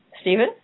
Stephen